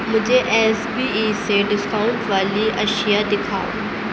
مجھے S B I سے discount والی اشیاء دکھاؤ